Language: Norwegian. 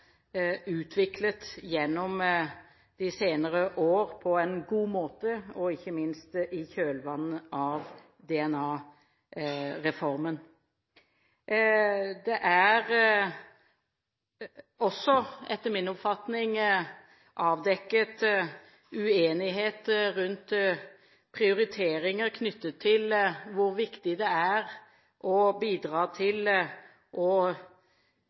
utviklet gjennom de senere år på en god måte, ikke minst i kjølvannet av DNA-reformen. Etter min oppfatning er det også avdekket uenighet rundt prioriteringer knyttet til hvor viktig det er å bidra til å